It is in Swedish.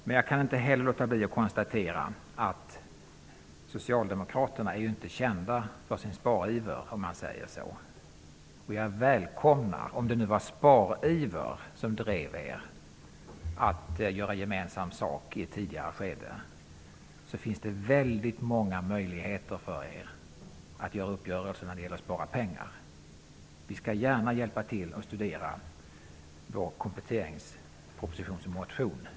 Och jag kan inte låta bli att konstatera att Socialdemokraterna inte är kända för någon spariver så att säga. Om det nu var spariver som drev er att göra gemensam sak i ett tidigare skede välkomnar jag det. Det finns många möjligheter för er att göra uppgörelser när det gäller att spara pengar. Vi skall gärna hjälpa till att studera vår motion i anslutning till kompletteringspropositionen.